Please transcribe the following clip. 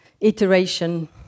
iteration